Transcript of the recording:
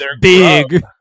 big